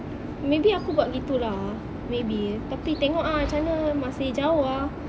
maybe aku buat gitu lah maybe tapi tengok ah macam mana masih jauh ah